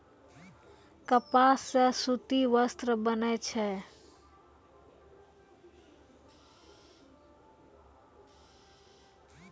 कपास सॅ सूती वस्त्र बनै छै